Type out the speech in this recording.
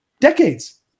decades